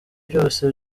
byose